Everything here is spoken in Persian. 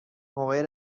موقع